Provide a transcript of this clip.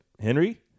Henry